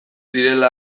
direla